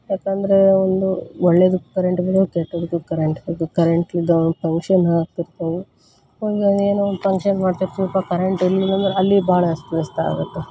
ಯಾಕಂದರೆ ಒಂದು ಒಳ್ಳೆಯದಕ್ಕೂ ಕರೆಂಟ್ ಬೇಕು ಕೆಟ್ಟದಕ್ಕೂ ಕರೆಂಟ್ ಬೇಕು ಕರೆಂಟಿಂದ ಒಂದು ಫಂಕ್ಷನ್ ಹಾಳಾಗ್ತಿರ್ತವೂ ಹಿಂಗೆ ಒಂದು ಏನೋ ಒಂದು ಫಂಕ್ಷನ್ ಮಾಡ್ತಿರ್ತಿವಪ್ಪ ಕರೆಂಟ್ ಇರಲಿಲ್ಲ ಅಂದ್ರ ಅಲ್ಲಿ ಭಾಳ ಅಸ್ತವ್ಯಸ್ತ ಆಗುತ್ತೆ